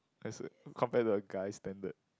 as a compared to a guy's standard